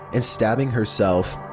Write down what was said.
and stabbing herself.